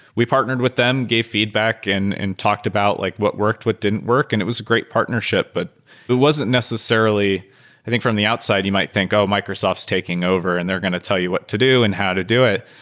we partnered with them, gave feedback and talked about like what worked, what didn't work, and it was a great partnership. but it wasn't necessarily i think from the outside, you might think, oh, microsoft's taking over and they're going to tell you what to do and how to do it,